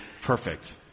perfect